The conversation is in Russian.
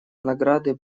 награды